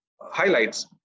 highlights